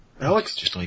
Alex